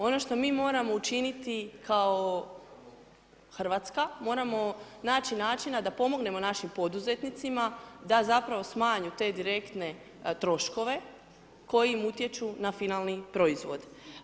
Ono što mi moramo učiniti kao RH, moramo naći načina da pomognemo našim poduzetnicima da zapravo smanje te direktne troškove kojim utječu na finalni proizvod.